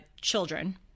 children